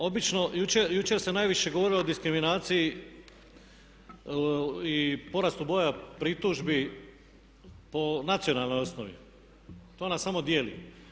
Obično, jučer se najviše govorilo o diskriminaciji i porastu broja pritužbi po nacionalnoj osnovi to nas samo dijeli.